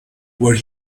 where